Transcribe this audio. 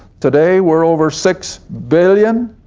today we're over six billion.